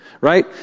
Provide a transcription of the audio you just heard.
right